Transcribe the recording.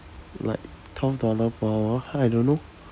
like twelve dollar per hour I don't know